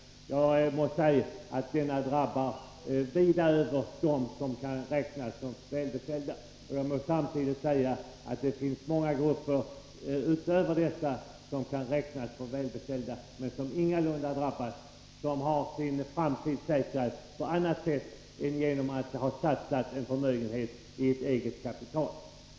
Jag må säga att den drabbar vida utöver dem som kan räknas som välbeställda. Jag må samtidigt säga att det finns många grupper som kan räknas som välbeställda men som ingalunda drabbas av den där höjningen, grupper som har sin framtid säkrad på annat sätt än genom att de satsat en förmögenhet i eget företag.